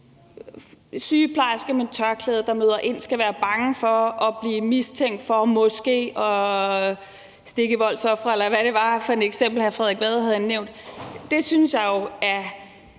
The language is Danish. sygeplejersker med tørklæde møder ind, skal de være bange for at blive mistænkt for at stikke voldsofre, eller hvad det var for et eksempel, hr. Frederik Vad nævnte. Det synes jeg er